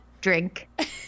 Drink